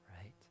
right